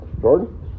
Jordan